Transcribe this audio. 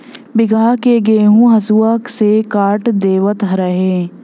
बीघहा के गेंहू हसुआ से काट देवत रहे